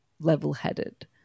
level-headed